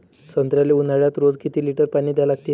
संत्र्याले ऊन्हाळ्यात रोज किती लीटर पानी द्या लागते?